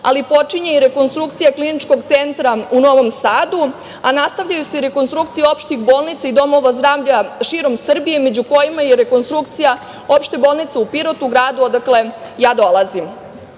ali počinje i rekonstrukcija Kliničkog centra u Novom Sadu, a nastavljaju se rekonstrukcije opštih bolnica i domova zdravlja širom Srbije, među kojima je i rekonstrukcija Opšte bolnice u Pirotu, gradu odakle ja dolazim.